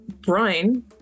Brian